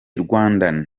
rwandan